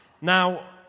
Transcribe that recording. now